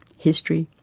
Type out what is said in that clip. history,